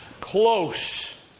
close